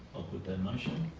i'll put that motion.